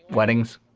weddings?